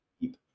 keep